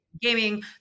gaming